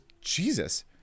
Jesus